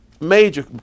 major